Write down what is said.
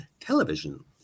Television